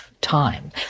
time